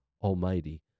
almighty